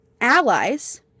allies